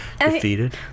defeated